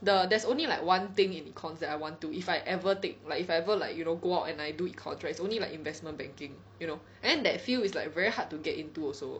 the there's only like one thing in econs that I want do if I ever take like if I ever like you know go out and I do econs right is only like investment banking you know and then that field is like very hard to get into also